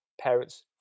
parents